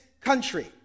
country